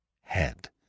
head